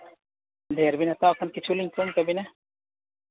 ᱰᱷᱮᱹᱨ ᱵᱤᱱ ᱦᱟᱛᱟᱣ ᱠᱷᱟᱱ ᱠᱤᱪᱷᱩ ᱞᱤᱧ ᱠᱚᱢ ᱛᱟᱹᱵᱤᱱᱟ